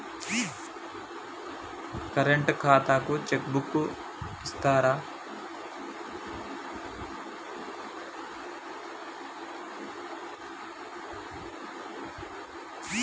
Current ఖాతాకు cheque book ఇత్తరా?